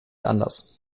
anders